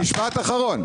משפט אחרון.